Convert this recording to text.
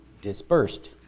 dispersed